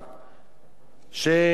שהיום,